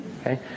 okay